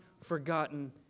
forgotten